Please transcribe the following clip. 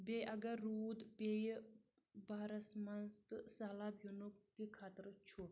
بیٚیہِ اَگر روٗد پیٚیہِ بہارَس منٛز تہٕ سہلاب یِنُک تہِ خطرٕ چھُ